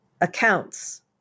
accounts